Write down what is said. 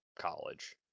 college